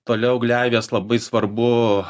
toliau gleivės labai svarbu